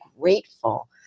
grateful